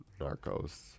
Narcos